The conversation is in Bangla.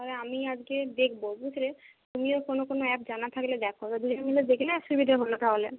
তাহলে আমি আজকে দেখবো বুঝলে তুমিও কোনো কোনো অ্যাপ থাকলে দেখো দুজনে মিলে দেখলে সুবিধে হল তাহলে